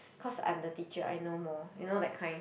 cause I'm the teacher I know more you know that kind